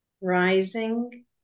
rising